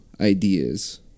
ideas